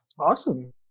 Awesome